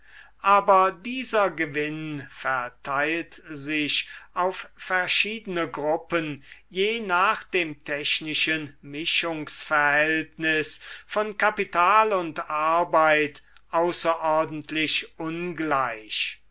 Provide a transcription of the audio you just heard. aber dieser gewinn verteilt sich auf verschiedene gruppen je nach dem technischen mischungsverhältnis von kapital und arbeit außerordentlich ungleich